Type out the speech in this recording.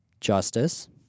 justice